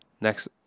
next